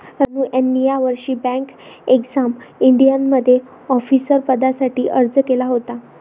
रानू यांनी यावर्षी bank exam इंडियामध्ये ऑफिसर पदासाठी अर्ज केला होता